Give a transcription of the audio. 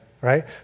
Right